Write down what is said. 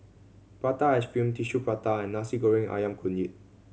prata ice cream Tissue Prata and Nasi Goreng Ayam Kunyit